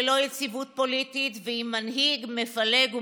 ללא יציבות פוליטית ועם מנהיג מפלג ומשסה.